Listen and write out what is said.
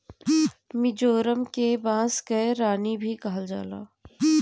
मिजोरम के बांस कअ रानी भी कहल जाला